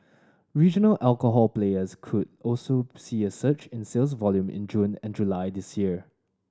regional alcohol players could also see a surge in sales volume in June and July this year